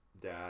dad